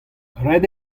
ret